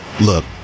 Look